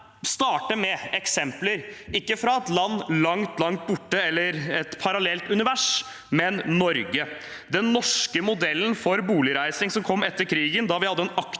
starte med eksempler ikke fra et land langt, langt borte eller i et parallelt univers, men fra Norge. Den norske modellen for boligreising som kom etter krigen, da vi hadde en aktiv